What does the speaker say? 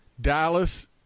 Dallas